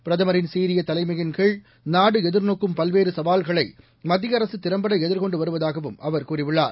பிரதமரின் சீரிய தலைமையின்கீழ் நாடு எதிர்நோக்கும் பல்வேறு சவால்களை மத்திய அரசு திறம்பட எதிர்கொண்டு வருவதாகவும் அவர் கூறியுள்ளார்